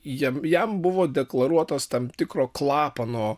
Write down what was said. jies jam buvo deklaruotos tam tikro klapano